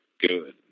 Good